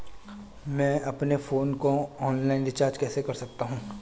मैं अपने फोन को ऑनलाइन रीचार्ज कैसे कर सकता हूं?